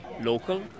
local